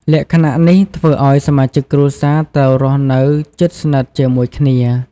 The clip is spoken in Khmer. លក្ខណៈនេះធ្វើឲ្យសមាជិកគ្រួសារត្រូវរស់នៅជិតស្និទ្ធជាមួយគ្នា។